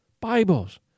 Bibles